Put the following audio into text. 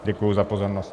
Děkuji za pozornost.